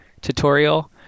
tutorial